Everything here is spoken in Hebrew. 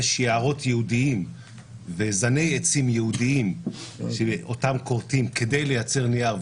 יש יערות ייעודיים וזני עצים ייעודיים שאותם כורתים כדי לייצר נייר,